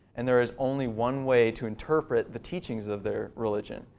and there is only one way to interpret the teachings of their religion.